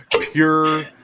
pure